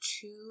two